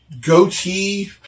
goatee